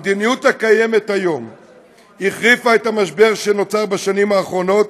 המדיניות הקיימת כיום החריפה את המשבר שנוצר בשנים האחרונות,